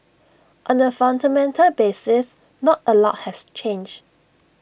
on A fundamental basis not A lot has changed